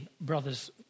brothers